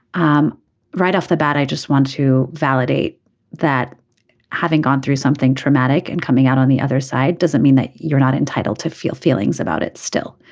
um right off the bat i just want to validate that having gone through something traumatic and coming out on the other side doesn't mean that you're not entitled to feel feelings about it still.